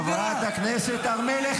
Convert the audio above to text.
חברת הכנסת הר מלך,